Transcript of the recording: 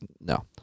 no